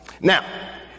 Now